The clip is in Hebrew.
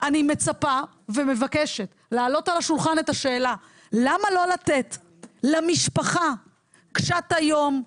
אני מצפה ומבקשת להעלות על השולחן את השאלה למה לא לתת למשפחה קשת היום,